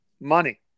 money